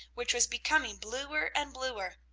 which was becoming bluer and bluer,